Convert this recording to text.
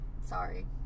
sorry